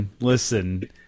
listen